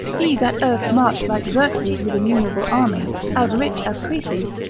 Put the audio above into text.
he that erst marched like xerxes with innumerable armies, as rich as croesus,